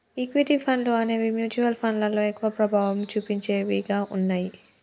equity ఫండ్లు అనేవి mutual ఫండ్లలో ఎక్కువ ప్రభావం చుపించేవిగా ఉన్నయ్యి